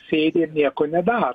sėdi ir nieko nedaro